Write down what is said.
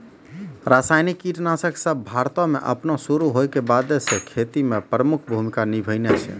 रसायनिक कीटनाशक सभ भारतो मे अपनो शुरू होय के बादे से खेती मे प्रमुख भूमिका निभैने छै